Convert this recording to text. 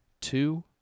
two